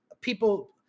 people